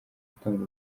atanga